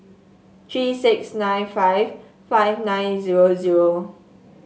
three six nine five five nine zero zero